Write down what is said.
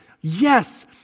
yes